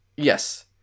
yes